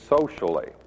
socially